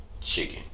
chicken